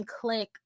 click